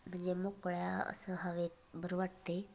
म्हणजे मोकळ्या असं हवेत बरं वाटतं आहे